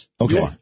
Okay